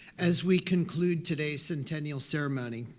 as we conclude today's centennial ceremony,